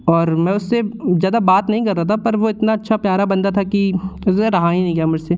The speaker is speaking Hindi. और मैं उससे ज़्यादा बात नहीं कर रहा था पर वो इतना अच्छा प्यारा बंदा था कि जैसे रहा ही नहीं गया मेरे से